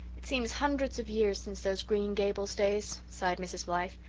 it seems hundreds of years since those green gables days, sighed mrs. blythe.